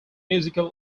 musical